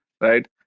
right